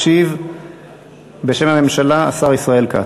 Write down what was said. ישיב בשם הממשלה השר ישראל כץ.